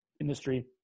industry